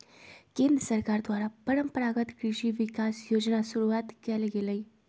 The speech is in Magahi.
केंद्र सरकार द्वारा परंपरागत कृषि विकास योजना शुरूआत कइल गेलय